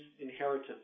inheritance